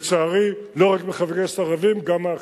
לצערי, לא רק מחברי כנסת ערבים, גם מאחרים.